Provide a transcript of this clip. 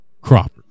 Crawford